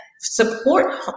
Support